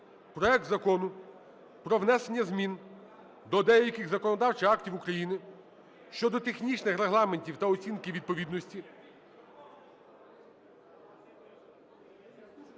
проект Закону про внесення змін до деяких законодавчих актів України щодо технічних регламентів та оцінки відповідності